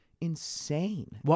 insane